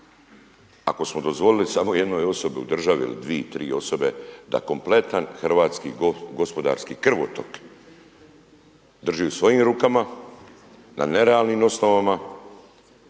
Ako smo dozvolili samo jednoj osobi u državi ili dvije, tri osobe da kompletan hrvatski gospodarski krvotok drži u svojim rukama, na ne realnim osnovama